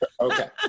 Okay